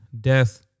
death